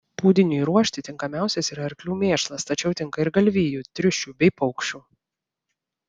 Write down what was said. pūdiniui ruošti tinkamiausias yra arklių mėšlas tačiau tinka ir galvijų triušių bei paukščių